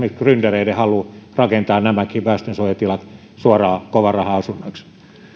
esimerkiksi gryndereiden haluun rakentaa nämäkin väestönsuojatilat suoraan kovan rahan asunnoiksi